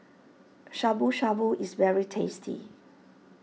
Shabu Shabu is very tasty